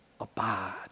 abide